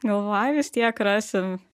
galvoju vis tiek rasim